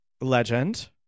legend